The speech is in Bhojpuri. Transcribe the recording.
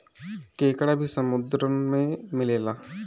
केकड़ा भी समुन्द्र में मिलेला